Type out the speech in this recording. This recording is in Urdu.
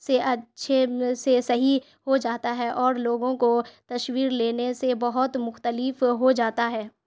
سے اچھے سے صحیح ہو جاتا ہے اور لوگوں کو تصویر لینے سے بہت مختلف ہو جاتا ہے